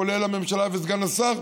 כולל הממשלה וסגן השר,